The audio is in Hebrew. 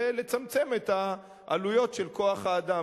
זה לצמצם את העלויות של כוח-האדם,